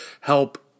help